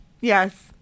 Yes